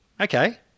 Okay